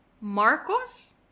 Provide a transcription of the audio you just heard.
Marcos